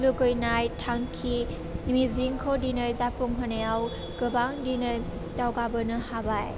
लुगैनाय थांखि मिजिंखौ दिनै जाफुंहोनाय गोबां दिनै दावगाबोनो हाबाय